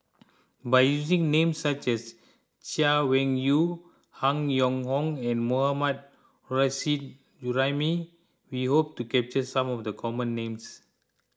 by using names such as Chay Weng Yew Han Yong Hong and Mohammad Nurrasyid Juraimi we hope to capture some of the common names